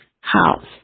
house